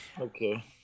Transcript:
Okay